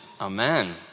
Amen